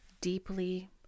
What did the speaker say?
deeply